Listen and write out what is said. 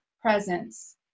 presence